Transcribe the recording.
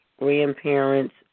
grandparents